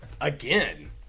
Again